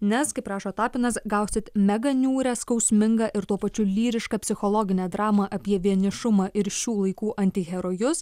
nes kaip rašo tapinas gausite mega niūrią skausmingą ir tuo pačiu lyrišką psichologinę dramą apie vienišumą ir šių laikų antiherojus